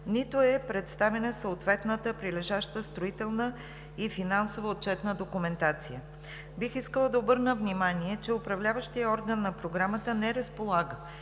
нито е представена съответната прилежаща строителна и финансова отчетна документация. Бих искала да обърна внимание, че управляващият орган на програмата не разполага